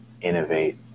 innovate